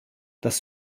das